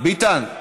ביטן,